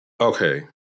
Okay